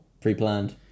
pre-planned